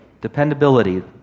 Dependability